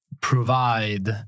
provide